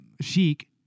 chic